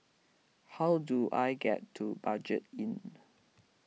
how do I get to Budget Inn